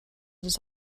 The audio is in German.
des